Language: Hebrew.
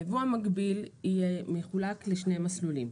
היבוא המקביל יהיה מחולק לשני מסלולים.